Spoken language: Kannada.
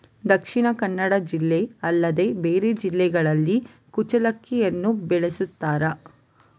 ದಕ್ಷಿಣ ಕನ್ನಡ ಜಿಲ್ಲೆ ಅಲ್ಲದೆ ಬೇರೆ ಜಿಲ್ಲೆಗಳಲ್ಲಿ ಕುಚ್ಚಲಕ್ಕಿಯನ್ನು ಬೆಳೆಸುತ್ತಾರಾ?